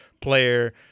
player